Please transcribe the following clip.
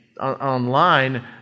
online